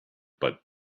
but